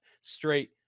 straight